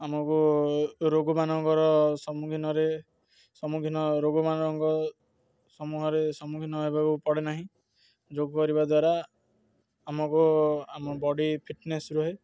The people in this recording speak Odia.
ଆମକୁ ରୋଗମାନଙ୍କର ସମ୍ମୁଖୀନରେ ସମ୍ମୁଖୀନ ରୋଗମାନଙ୍କ ସମୂହରେ ସମ୍ମୁଖୀନ ହେବାକୁ ପଡ଼େ ନାହିଁ ଯୋଗ କରିବା ଦ୍ୱାରା ଆମକୁ ଆମ ବଡ଼ି ଫିଟନେସ୍ ରୁହେ